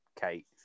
Kate